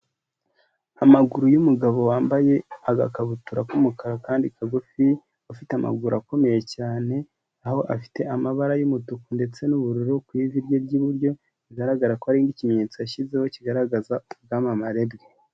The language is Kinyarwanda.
Amaguru y'umugabo wambaye agakabutura k'umukara kandi kagufi, ufite amaguru akomeye cyane aho afite amabara y'umutuku ndetse n'ubururu ku ivi rye ry'iburyo rigaragara ko ari nk'ikimenyetso yashyizeho kigaragaza ubwamamare bwe.